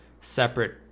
separate